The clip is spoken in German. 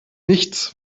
nichts